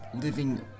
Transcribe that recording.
living